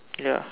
ya